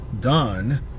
done